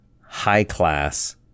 high-class